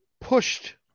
pushed